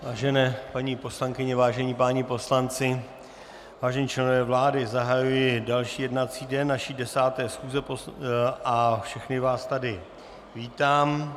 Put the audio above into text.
Vážené paní poslankyně, vážení páni poslanci, vážení členové vlády, zahajuji další jednací den naší 10. schůze a všechny vás tady vítám.